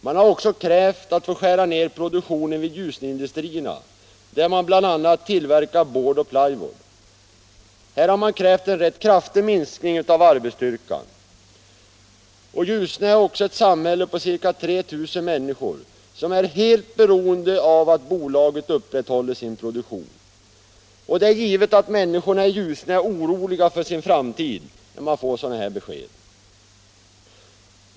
Man har också krävt att få skära ner produktionen vid Ljusneindustrierna, där man bl.a. tillverkar board och plywood. Här har man krävt en rätt kraftig minskning av arbetsstyrkan. Ljusne är ett samhälle med ca 3 000 människor, som är helt beroende av att bolaget upprätthåller sin produktion. Det är givet att människorna i Ljusne är oroliga för sin framtid, när de får sådana besked.